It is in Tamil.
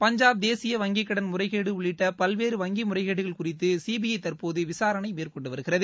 பஞ்சாப் தேசிய வங்கிக் கடன் முறைகேடு உள்ளிட்ட பல்வேறு வங்கி முறைகேடுகள் குறித்து சிபிஐ தற்போது விசாரணை மேற்கொண்டு வருகிறது